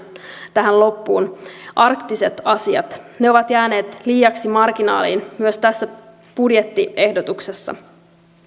tähän loppuun arktiset asiat ne ovat jääneet liiaksi marginaaliin myös tässä budjettiehdotuksessa